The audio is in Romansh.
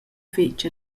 fetg